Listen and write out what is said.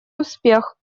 успех